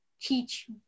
teach